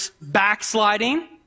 backsliding